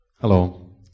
Hello